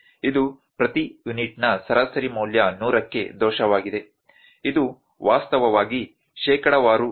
ಇದು ಪ್ರತಿ ಯೂನಿಟ್ನ ಸರಾಸರಿ ಮೌಲ್ಯ 100 ಕ್ಕೆ ದೋಷವಾಗಿದೆ ಇದು ವಾಸ್ತವವಾಗಿ ಶೇಕಡಾವಾರು